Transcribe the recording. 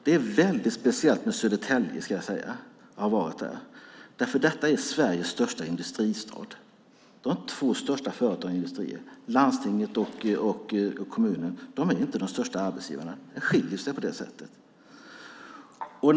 Det är väldigt speciellt med Södertälje, ska jag säga, för det är Sveriges största industristad. De två största företagen är industriföretag. Landstinget och kommunen är inte de största arbetsgivarna, och Södertälje skiljer sig från andra städer på det sättet.